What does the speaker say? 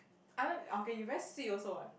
okay you very sweet also what